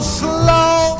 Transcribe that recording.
slow